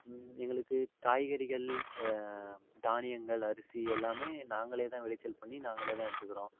எங்களுக்கு காய்கறிகள் தானியங்கள் அரிசி எல்லாமே நாங்களேதான் விளைச்சல் பண்ணி நாங்களேதான் எடுத்துக்குறோம்